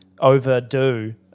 overdo